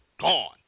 Gone